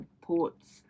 ports